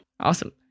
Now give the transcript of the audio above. Awesome